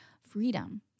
freedom